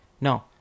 No